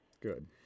Good